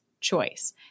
choice